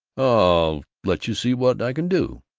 i'll let you see what i can do!